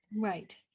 Right